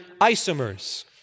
isomers